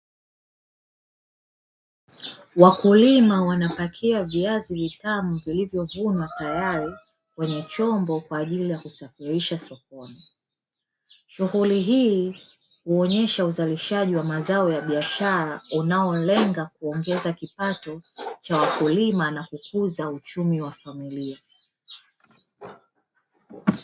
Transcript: Wakulima wanapakia viazi vitamu vilivyovunwa tayari kwenye chombo kwa ajili ya kusafirisha sokoni. Shughuli hii huonyesha uzalishaji wa mazao ya biashara unaolenga kuongeza kipato cha wakulima na kukuza uchumi wa familia.